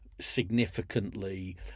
significantly